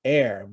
air